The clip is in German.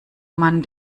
man